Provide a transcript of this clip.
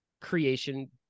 creation